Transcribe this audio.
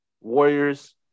Warriors